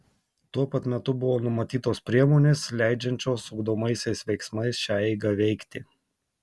tuo pat metu buvo numatytos priemonės leidžiančios ugdomaisiais veiksmais šią eigą veikti